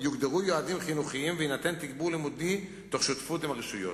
יוגדרו יעדים חינוכיים ויינתן תגבור לימודי בשותפות עם הרשויות.